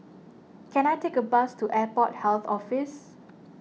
can I take a bus to Airport Health Office